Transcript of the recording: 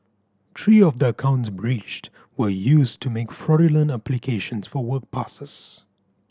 three of the accounts breached were used to make fraudulent applications for work passes